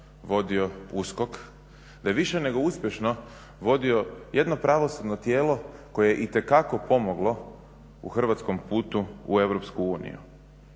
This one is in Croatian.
vodio USKOK, da je više nego uspješno vodio jedno pravosudno tijelo koje je itekako pomoglo u hrvatskom putu u EU.